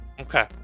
Okay